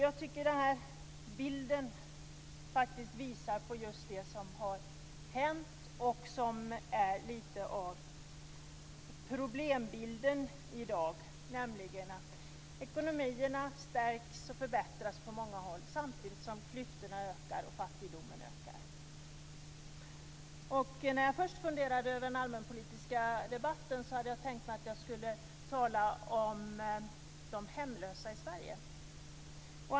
Jag tycker att den bilden faktiskt visar på det som har hänt och som är lite av problembilden i dag, nämligen att ekonomierna stärks och förbättras på många håll, samtidigt som klyftorna och fattigdomen ökar. När jag först funderade över den allmänpolitiska debatten hade jag tänkt att jag skulle tala om de hemlösa i Sverige.